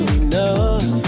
enough